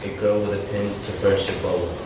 girl with a pin to burst her bubble.